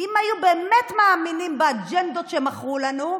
אם היו באמת מאמינים באג'נדות שמכרו לנו,